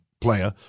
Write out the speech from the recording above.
player